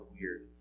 weird